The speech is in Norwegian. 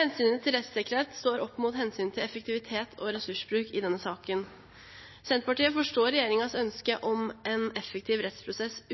Hensynet til rettssikkerhet står opp mot hensynet til effektivitet og ressursbruk i denne saken. Senterpartiet forstår regjeringens ønske om en effektiv rettsprosess